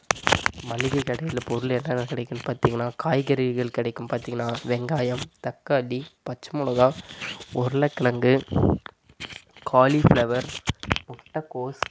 மளிகை கடையில் பொருள் என்னான்னா கிடைக்கும்னு பார்த்திங்கனா காய்கறிகள் கிடைக்கும் பார்த்திங்கனா வெங்காயம் தக்காளி பச்சமிளகா உருளைக்கிழங்கு காளிஃபிளவர் முட்டைகோஸ்